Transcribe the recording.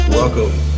Welcome